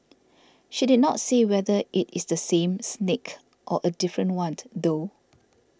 she did not say whether it is the same snake or a different one though